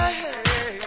hey